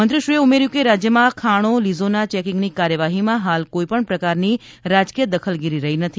મંત્રીશ્રીએ ઉમેર્યું કે રાજ્યમાં ખાણોલીઝોના ચેકિંગની કાર્યવાહીમાં હાલ કોઈ પણ પ્રકારની રાજકીય દખલગીરી રહી નથી